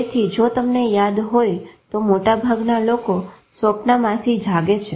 તેથી જો તમને યાદ હોય તો મોટાભાગના લોકો સ્વપ્નમાંથી જાગે છે